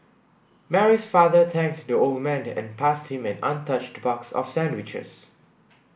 Mary's father thanked the old man and passed him an untouched box of sandwiches